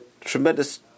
tremendous